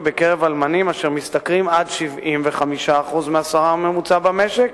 בקרב אלמנים אשר משתכרים עד 75% מהשכר הממוצע במשק,